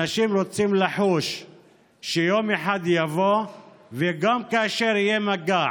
אנשים רוצים לחוש שיבוא יום שבו גם כאשר יהיה מגע